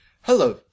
Hello